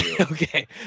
Okay